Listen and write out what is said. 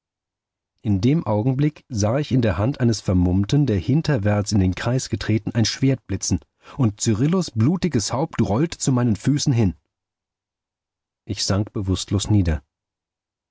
in dem augenblick sah ich in der hand eines vermummten der hinterwärts in den kreis getreten ein schwert blitzen und cyrillus blutiges haupt rollte zu meinen füßen hin ich sank bewußtlos nieder